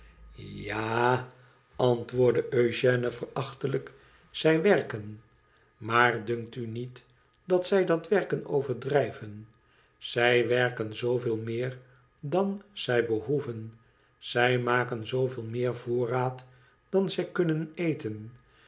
ja a antwoordde ëugène verachtelijk zij werken maar dunkt u niet dat zij dat werken overdrijven zij werken zooveel meer dan zij behoeven zij maken zooveel meer voorraad dan zij kunnen eten